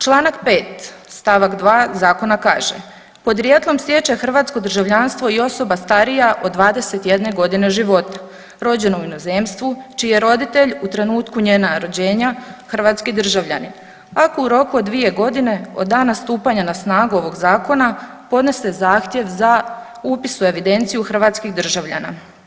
Čl. 5. st. 2. zakona kaže podrijetlom stječe hrvatsko državljanstvo i osoba starija od 21.g. života rođena u inozemstvu čiji je roditelj u trenutku njena rođenja hrvatski državljanin ako u roku od 2.g. od dana stupanja na snagu ovog zakona podnese zahtjev za upis u evidenciju hrvatskih državljana.